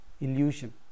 illusion